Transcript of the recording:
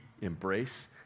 embrace